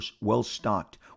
well-stocked